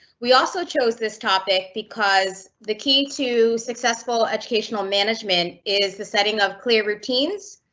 we also chose this topic because the key to successful educational management is the setting of clear routines,